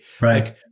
right